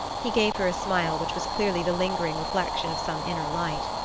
he gave her a smile which was clearly the lingering reflection of some inner light.